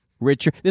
Richard